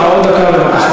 אני מוסיף לך עוד דקה, בבקשה.